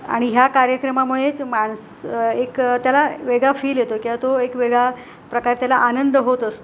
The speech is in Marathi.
आणि ह्या कार्यक्रमामुळेच माणसं एक त्याला वेगळा फील येतो किंवा तो एक वेगळा प्रकारे त्याला आनंद होत असतो